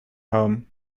home